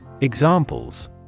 Examples